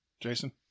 Jason